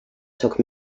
took